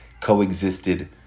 coexisted